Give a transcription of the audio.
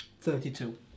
Thirty-two